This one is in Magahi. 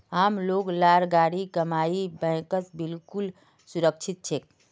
आम लोग लार गाढ़ी कमाई बैंकत बिल्कुल सुरक्षित छेक